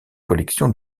collection